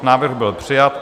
Návrh byl přijat.